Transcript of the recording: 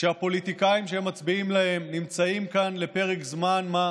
שהפוליטיקאים שהם מצביעים להם נמצאים כאן לפרק זמן מה,